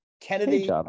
Kennedy